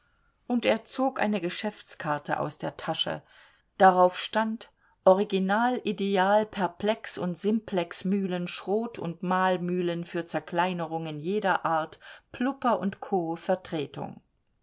und er zog eine geschäftskarte aus der tasche darauf stand original ideal perplex und simplex mühlen schrot und mahlmühlen für zerkleinerungen jeder art plupper co vertretung